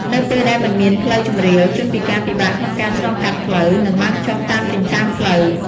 នៅពេលដែលមិនមានផ្លូវជម្រាល ជនពិការពិបាកក្នុងការឆ្លងកាត់ផ្លូវ និងឡើងចុះតាមចិញ្ចើមផ្លូវ។